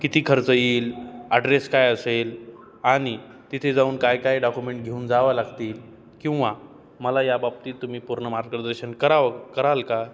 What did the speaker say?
किती खर्च येईल अड्रेस काय असेल आणि तिथे जाऊन काय काय डॉक्युमेंट घेऊन जावं लागतील किंवा मला याबाबतीत तुम्ही पूर्ण मार्गदर्शन करावं कराल का